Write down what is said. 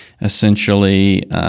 essentially –